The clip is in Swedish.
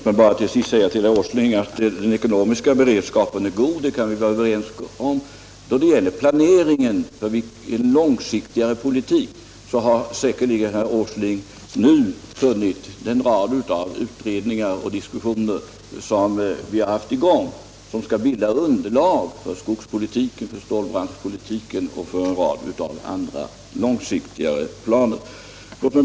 Herr talman! Att den ekonomiska beredskapen är god kan vi vara överens om, herr Åsling. Då det gäller planeringen för en långsiktigare politik har säkerligen herr Åsling nu funnit den rad utredningar och = Nr 35 diskussioner som vi hade dragit i gång och som skulle bilda underlag för skogspolitiken, för stålbranschpolitiken och för en rad andra långsiktigare planer.